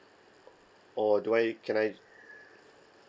or do I can I